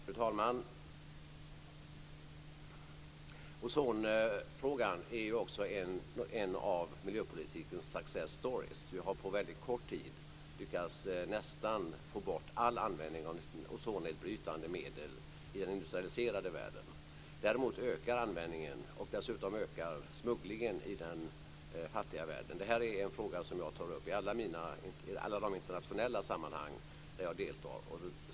Fru talman! Ozonfrågan är också en av miljöpolitikens success stories. Vi har på väldigt kort tid lyckats få bort nästan all användning av ozonnedbrytande medel i den industrialiserade världen. Däremot ökar användningen, och dessutom smugglingen, i den fattiga världen. Det här är en fråga som jag tar upp i alla de internationella sammanhang där jag deltar.